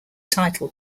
title